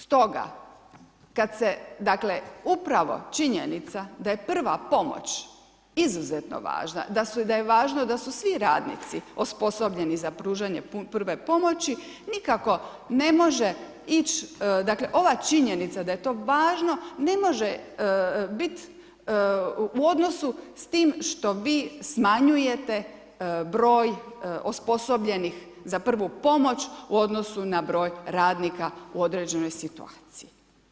Stoga kad se, dakle upravo činjenica da je prva pomoć izuzetno važna da je važno da su svi radnici osposobljeni za pružanje prve pomoći nikako ne može ići, dakle ova činjenica da je to važno ne može biti u odnosu s tim što vi smanjujete broj osposobljenih za prvu pomoć u odnosu na broj radnika u određenoj situaciji.